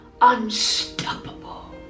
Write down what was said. unstoppable